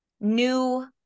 new